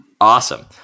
awesome